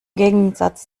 gegensatz